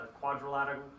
quadrilateral